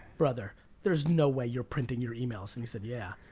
brother there's no way you're printing your emails? and he said, yeah.